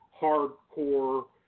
hardcore